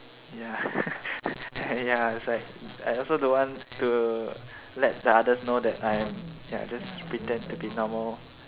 ya ya that's why I also don't want to let the others know that I am ya just pretend to be normal